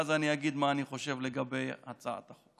ואז אני אגיד מה אני חושב לגבי הצעת החוק.